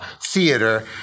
theater